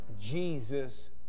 Jesus